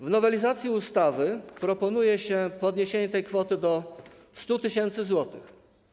W nowelizacji ustawy proponuje się podniesienie tej kwoty do 100 tys. zł.